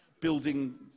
building